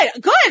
good